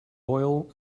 oil